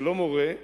שלא מורה,